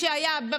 אוקיי?